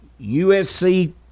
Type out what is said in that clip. USC